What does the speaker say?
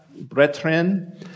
Brethren